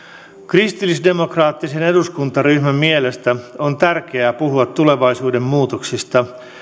kristillisdemokraattisen eduskuntaryhmän mielestä on tärkeää puhua tulevaisuuden muutoksista